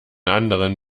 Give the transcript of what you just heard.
anderen